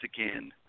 again